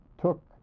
took